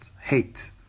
hate